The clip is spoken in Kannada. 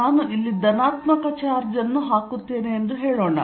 ನಾನು ಇಲ್ಲಿ ಧನಾತ್ಮಕ ಚಾರ್ಜ್ ಅನ್ನು ಹಾಕುತ್ತೇನೆ ಎಂದು ಹೇಳೋಣ